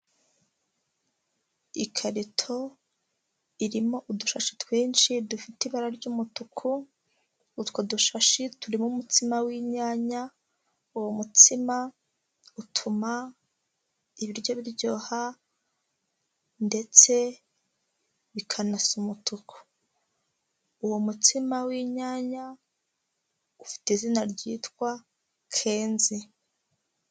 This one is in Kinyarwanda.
Ikarito irimo udushashi twinshi dufite ibara ry'umutuku, utwo dushashi turimo umutsima winyanya, uwo mutsima utuma ibiryo biryoha, ndetse bikanasa umutuku, uwo mutsima w'inyanya ufite izina ryitwa kenze.